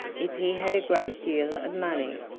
if he had a great deal of money,